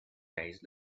days